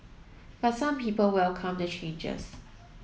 but some people welcome the changes